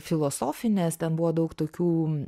filosofinės ten buvo daug tokių